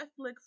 Netflix